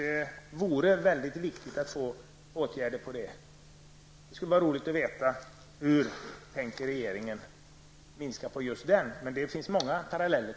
Det vore mycket bra om man kunde vidta åtgärder på det här området. Jag tycker att det vore intressant att få veta hur regeringen tänker minska användningen av bilvårdsmedel. Det finns många paralleller.